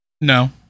No